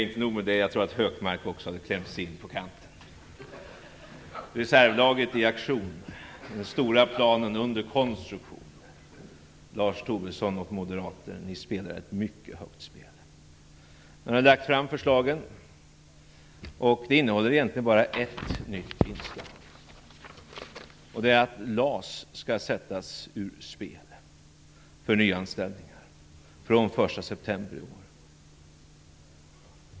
Inte nog med det, jag tror att Hökmark också hade klämt sig in på kanten. Reservlaget i aktion, den stora planen under konstruktion - Lars Tobisson och Moderaterna spelar ett mycket högt spel. Nu har förslagen lagts fram. De innehåller egentligen bara ett nytt inslag, och det är att LAS skall sättas ur spel för nyanställningar den 1 september i år.